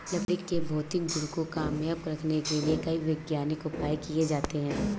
लकड़ी के भौतिक गुण को कायम रखने के लिए कई वैज्ञानिक उपाय किये जाते हैं